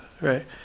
right